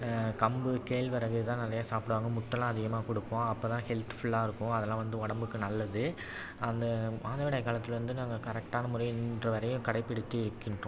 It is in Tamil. கம்பு கேழ்வரகு இதான் நிறைய சாப்புடுவாங்க முட்டைலாம் அதிகமாக கொடுப்போம் அப்போ தான் ஹெல்த்ஃபுல்லாக இருக்கும் அதெல்லாம் வந்து உடம்புக்கு நல்லது அந்த மாதவிடாய் காலத்தில் வந்து நாங்கள் கரெக்டான முறையில் இன்று வரையும் கடைப்பிடித்து இருக்கின்றோம்